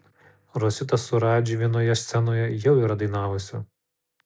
rosita su radži vienoje scenoje jau yra dainavusi